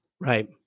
Right